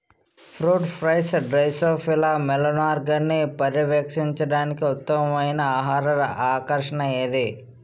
Fruit flies drosophila మెలనోగాస్టర్ని పర్యవేక్షించడానికి ఉత్తమమైన ఆహార ఆకర్షణ ఏది?